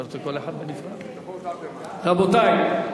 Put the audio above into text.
רבותי,